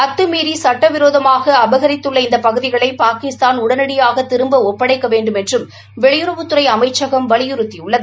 அத்துமீறி சுட்டவிரோதமாக அபரித்துள்ள இந்த பகுதிகளை பாகிஸ்தான் உடனடியாக திரும்ப ஒப்படைக்க வேண்டுமென்றும் வெளியுறவுத்துறை அமைச்சகம் வலியுறுத்தியுள்ளது